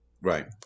Right